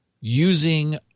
using